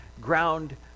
ground